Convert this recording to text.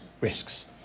risks